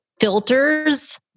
filters